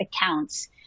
accounts